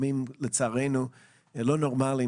לצערנו זה לא מצב נורמלי,